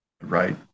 right